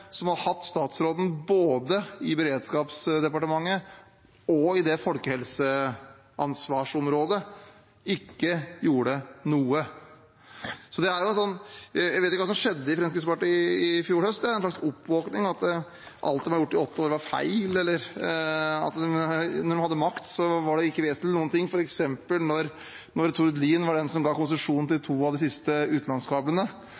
som har hatt statsråden både i Justis- og beredskapsdepartementet og på folkehelseansvarsområdet, ikke noe. Jeg vet ikke hva som skjedde i Fremskrittspartiet i fjor høst – en slags oppvåkning om at alt de hadde gjort i åtte år, var feil, eller at det ikke var vesentlig da de hadde makt, f.eks. da Tord Lien ga konsesjon til to av de siste utenlandskablene og sa han var